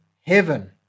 heaven